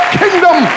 kingdom